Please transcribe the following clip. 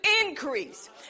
increase